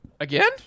Again